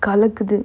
கலக்குது:kalakkuthu